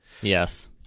Yes